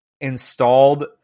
installed